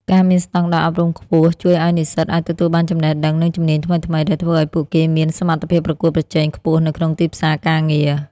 ការមានស្តង់ដារអប់រំខ្ពស់ជួយឱ្យនិស្សិតអាចទទួលបានចំណេះដឹង និងជំនាញថ្មីៗ ដែលធ្វើឱ្យពួកគេមានសមត្ថភាពប្រកួតប្រជែងខ្ពស់នៅក្នុងទីផ្សារការងារ។